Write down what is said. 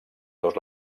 dos